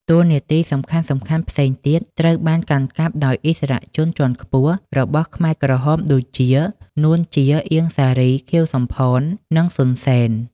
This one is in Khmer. តួនាទីសំខាន់ៗផ្សេងទៀតត្រូវបានកាន់កាប់ដោយឥស្សរជនជាន់ខ្ពស់របស់ខ្មែរក្រហមដូចជា នួន ជា អៀង សារី ខៀវ សំផន និងសុន សេន។